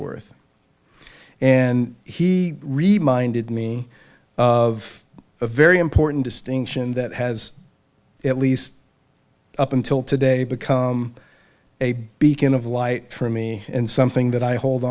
worth and he reminded me of a very important distinction that has at least up until today become a beacon of light for me and something that i hold